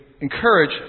encourage